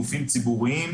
בגופים ציבוריים,